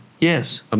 Yes